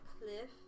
Cliff